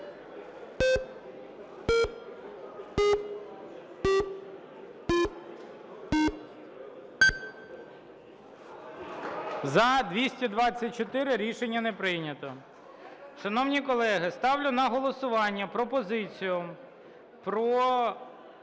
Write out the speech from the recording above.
За-224 Рішення не прийнято. Шановні колеги, ставлю на голосування пропозицію про